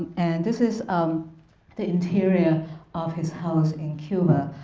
and this is um the interior of his house in cuba,